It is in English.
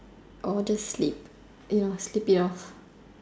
or just sleep you know sleep it off